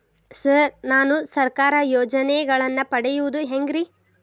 Sir ನಾನು ಸರ್ಕಾರ ಯೋಜೆನೆಗಳನ್ನು ಪಡೆಯುವುದು ಹೆಂಗ್ರಿ?